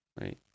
Right